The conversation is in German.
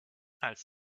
als